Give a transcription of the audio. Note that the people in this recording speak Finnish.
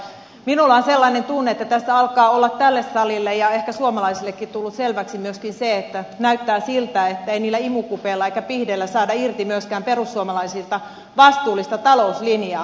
minulla on sellainen tunne että tässä on alkanut olla tälle salille ja ehkä suomalaisillekin tulla selväksi myöskin se että näyttää siltä että ei niillä imukupeilla eikä pihdeillä saada irti perussuomalaisilta myöskään vastuullista talouslinjaa